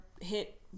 hit